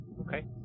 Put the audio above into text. Okay